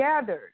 gathered